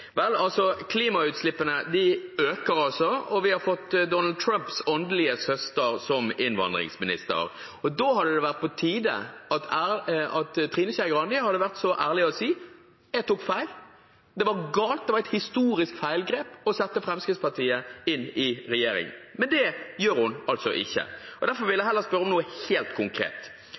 Vel, klimagassutslippene øker, og vi har fått Donald Trumps åndelige søster som innvandringsminister. Da hadde det vært på tide at Trine Skei Grande kunne vært så ærlig og si at hun tok feil, og at det var galt og et historisk feilgrep å sette Fremskrittspartiet inn i regjering. Men det gjør hun altså ikke. Derfor vil jeg heller spørre om noe helt konkret.